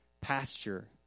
pasture